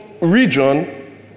region